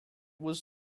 was